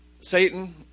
Satan